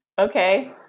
Okay